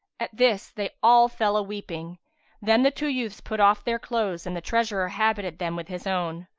at this, they all fell a-weeping then the two youths put off their clothes and the treasurer habited them with his own.